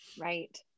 Right